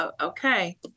okay